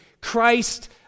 Christ